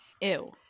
Ew